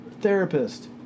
Therapist